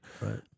Right